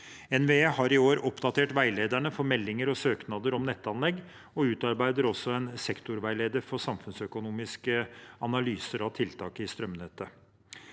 NVE har i år oppdatert veilederne for meldinger og søknader om nettanlegg, og utarbeider også en sektorveileder for samfunnsøkonomiske analyser av tiltak i strømnettet.